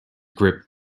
grip